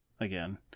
again